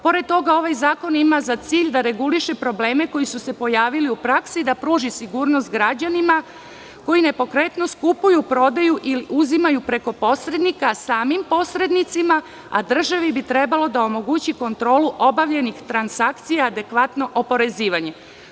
Pored toga, ovaj zakon ima za cilj da reguliše probleme koji su se pojavili u praksi, da pruži sigurnost građanima koji nepokretnost kupuju, prodaju ili uzimaju preko posrednika, samim posrednicima, a državi bi trebalo da omogući kontrolu obavljenih transakcija, adekvatno oporezivanje.